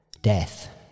Death